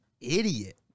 idiot